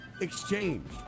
exchange